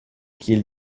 kiel